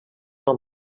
nom